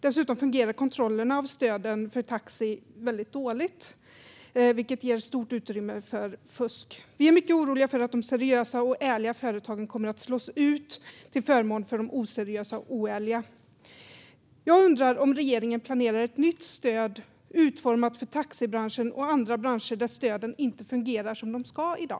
Dessutom fungerar kontrollerna av stöden för taxi väldigt dåligt, vilket ger stort utrymme för fusk. Vi är mycket oroliga för att de seriösa och ärliga företagen kommer att slås ut till förmån för de oseriösa och oärliga. Jag undrar om regeringen planerar ett nytt stöd utformat för taxibranschen och andra branscher där stöden inte fungerar som de ska i dag.